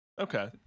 okay